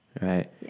Right